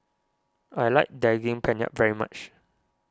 I like Daging Penyet very much